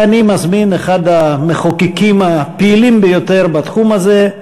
אני מזמין את אחד המחוקקים הפעילים ביותר בתחום הזה,